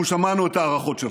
אנחנו שמענו את ההערכות שלך.